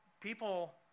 People